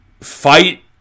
fight